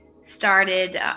started